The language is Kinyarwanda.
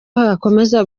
hakomeza